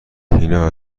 هینا